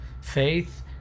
faith